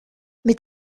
mais